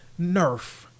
Nerf